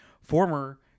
former